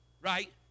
right